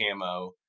camo